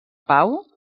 pau